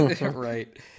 Right